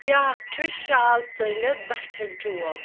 بیٛاکھ چھُ شال ژٔلِتھ بَٹھٮ۪ن چوب